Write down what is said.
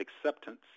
acceptance